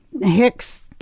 Hicks